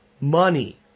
money